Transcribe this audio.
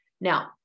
Now